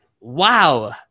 wow